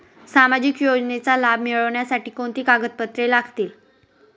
सामाजिक योजनेचा लाभ मिळण्यासाठी कोणती कागदपत्रे लागतील?